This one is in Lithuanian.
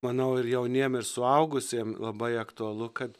manau ir jauniem ir suaugusiem labai aktualu kad